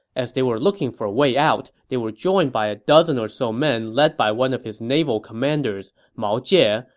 as they were looking for a way out, they were joined by a dozen or so men led by one of his naval commanders, mao jie,